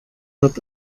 hat